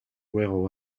wear